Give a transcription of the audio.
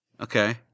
Okay